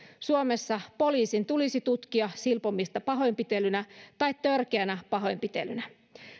suomessa poliisin tulisi tutkia silpomista pahoinpitelynä tai törkeänä pahoinpitelynä